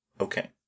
Okay